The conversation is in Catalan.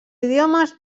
idiomes